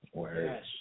Yes